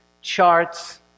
charts